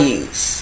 use